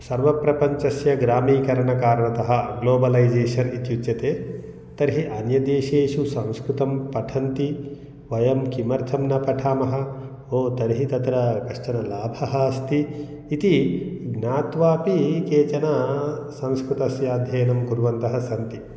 सर्वप्रपञ्चस्य ग्रामीकरणः कारणतः ग्लोबलैजे़शन् इत्युच्यते तर्हि अन्यदेशेषु संस्कृतं पठन्ति वयं किमर्थं न पठामः ओ तर्हि तत्र कश्चनः लाभः अस्ति इति ज्ञात्वापि केचन संस्कृतस्य अध्ययनं कुर्वन्तः सन्ति